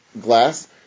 glass